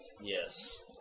Yes